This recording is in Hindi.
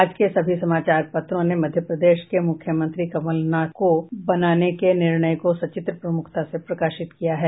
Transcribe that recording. आज के सभी समाचार पत्रों ने मध्य प्रदेश के मुख्यमंत्री कमलनाथ को बनाने के निर्णय को सचित्र प्रमुखता से प्रकाशित किया है